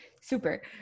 super